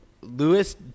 Lewis